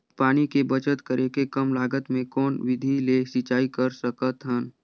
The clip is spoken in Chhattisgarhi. पानी के बचत करेके कम लागत मे कौन विधि ले सिंचाई कर सकत हन?